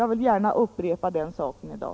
Jag vill gärna upprepa det i dag.